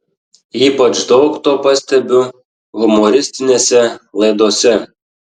ypač daug to pastebiu humoristinėse laidose